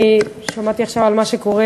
אני שמעתי עכשיו על מה שקורה